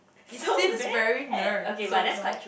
it seems very nerd so no